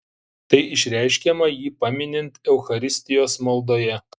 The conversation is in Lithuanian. tai išreiškiama jį paminint eucharistijos maldoje